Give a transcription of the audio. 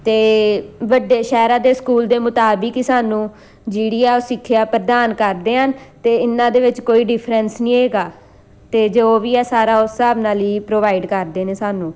ਅਤੇ ਵੱਡੇ ਸ਼ਹਿਰਾਂ ਦੇ ਸਕੂਲ ਦੇ ਮੁਤਾਬਕ ਸਾਨੂੰ ਜਿਹੜੀ ਆ ਉਹ ਸਿੱਖਿਆ ਪ੍ਰਦਾਨ ਕਰਦੇ ਹਨ ਅਤੇ ਇਹਨਾਂ ਦੇ ਵਿੱਚ ਕੋਈ ਡਿਫਰੈਂਸ ਨਹੀਂ ਹੈਗਾ ਅਤੇ ਜੋ ਵੀ ਆ ਸਾਰਾ ਉਸ ਹਿਸਾਬ ਨਾਲ ਹੀ ਪ੍ਰੋਵਾਈਡ ਕਰਦੇ ਨੇ ਸਾਨੂੰ